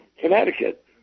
Connecticut